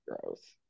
gross